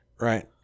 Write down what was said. right